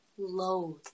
Loathe